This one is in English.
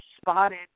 spotted